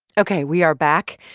ok. we are back.